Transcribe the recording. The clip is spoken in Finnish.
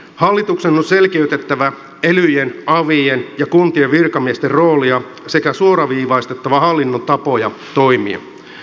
hallituksen on selkeytettävä elyjen avien ja kuntien virkamiesten roolia sekä suoraviivaistettava hallinnon tapoja toimia